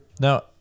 Now